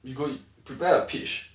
you could prepare a pitch